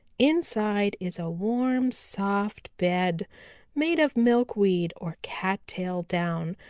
inside is a warm, soft bed made of milkweed or cattail down,